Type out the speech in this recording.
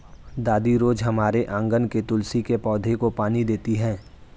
दादी रोज हमारे आँगन के तुलसी के पौधे को पानी देती हैं